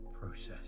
process